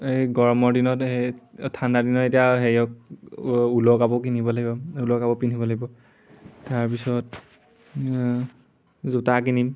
এই গৰমৰ দিনত সেই ঠাণ্ডা দিনত এতিয়া হেৰি ঊলৰ কাপোৰ কিনিব লাগিব ঊলৰ কাপোৰ পিন্ধিব লাগিব তাৰপিছত জোতা কিনিম